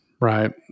Right